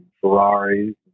Ferraris